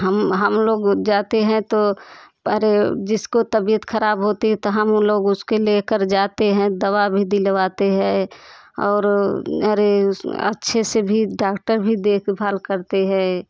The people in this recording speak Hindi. हम हम लोग जाते हैं तो अरे जिसको तबीयत खराब होती है तो हम लोग उसके लेकर जाते हैं दवा भी दिलवाते हैं और अरे अच्छे से भी डॉक्टर भी देखभाल करते हैं